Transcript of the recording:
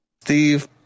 Steve